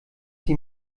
sie